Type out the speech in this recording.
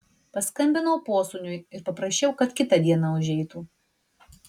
paskambinau posūniui ir paprašiau kad kitą dieną užeitų